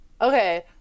okay